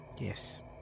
Yes